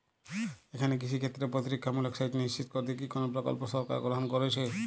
এখানে কৃষিক্ষেত্রে প্রতিরক্ষামূলক সেচ নিশ্চিত করতে কি কোনো প্রকল্প সরকার গ্রহন করেছে?